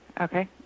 Okay